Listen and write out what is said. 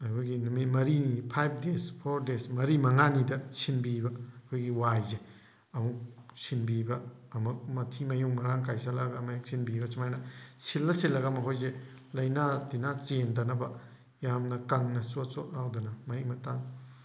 ꯑꯩꯈꯣꯏꯒꯤ ꯅꯨꯃꯤꯠ ꯃꯔꯤꯅꯤ ꯐꯥꯏꯕ ꯗꯦꯖ ꯐꯣꯔ ꯗꯦꯖ ꯃꯔꯤ ꯃꯉꯥꯅꯤꯗ ꯁꯤꯟꯕꯤꯕ ꯑꯩꯈꯣꯏꯒꯤ ꯋꯥꯏꯁꯦ ꯑꯃꯨꯛ ꯁꯤꯟꯕꯤꯕ ꯑꯃꯨꯛ ꯃꯊꯤ ꯃꯌꯨꯡ ꯃꯔꯥꯡ ꯀꯥꯏꯁꯜꯂꯛꯑꯒ ꯑꯃꯨꯛꯍꯦꯛ ꯁꯤꯟꯕꯤꯕ ꯁꯨꯃꯥꯏꯅ ꯁꯤꯜꯂ ꯁꯤꯜꯂ ꯃꯈꯣꯏꯁꯦ ꯂꯥꯏꯅꯥ ꯇꯤꯟꯅꯥ ꯆꯦꯟꯗꯅꯕ ꯌꯥꯝꯅ ꯀꯪꯅ ꯆꯣꯠ ꯆꯣꯠ ꯂꯥꯎꯗꯅ ꯃꯍꯤꯛ ꯃꯇꯥꯡ